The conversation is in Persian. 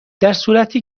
درصورتی